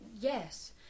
yes